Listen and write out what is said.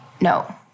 No